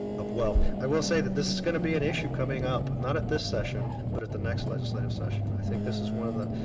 wealth. i will say that this is gonna be an issue coming up, not at this session, but at the next legislative session. i think this is one of the,